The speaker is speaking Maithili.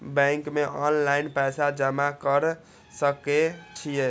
बैंक में ऑनलाईन पैसा जमा कर सके छीये?